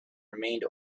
remained